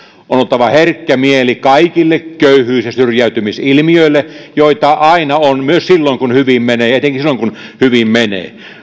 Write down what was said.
oltava herkkä mieli kaikille köyhyys ja syrjäytymisilmiöille joita aina on myös silloin kun hyvin menee ja etenkin silloin kun hyvin menee